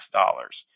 dollars